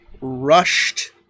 rushed